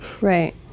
right